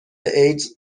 ایدز